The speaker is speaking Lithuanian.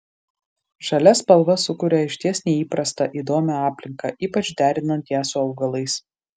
žalia spalva sukuria išties neįprastą įdomią aplinką ypač derinant ją su augalais